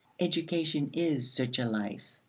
education is such a life.